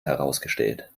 herausgestellt